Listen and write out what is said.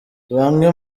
bamwe